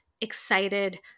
excited